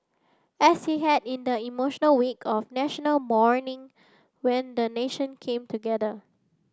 as he had in the emotional week of National Mourning when the nation came together